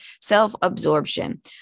self-absorption